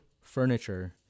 furniture